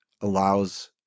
allows